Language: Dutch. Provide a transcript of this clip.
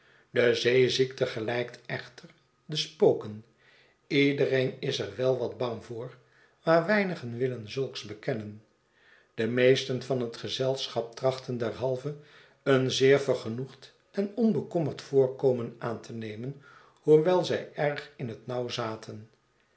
de zeeziekte gelijkt echter de spoken iedereen is er wel wat bang voor maar weinigen willen zulks bekennen de meesten van het gezelschap trachtten derhalve een zeer vergenoegd en onbekommerd voorkomen aan te nemen hoewel zij erg in het nauw zaten